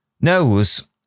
knows